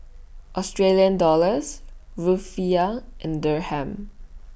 Australian Dollars Rufiyaa and Dirham